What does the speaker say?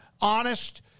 Honest